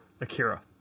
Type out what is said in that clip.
Akira